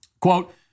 Quote